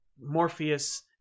Morpheus